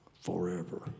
forever